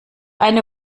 eine